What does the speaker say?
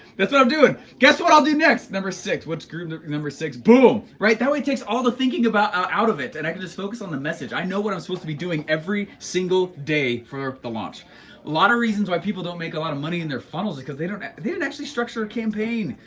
that's what i'm doing. guess what i'll do next? number six, what's group number number six? boom, right? that way it takes all the thinking about out of it and i can just focus on the message. i know what i'm supposed to be doing every single day for the launch. a lot of reasons why people don't make a lot of money in their funnels is cause they don't, they don't actually structure a campaign.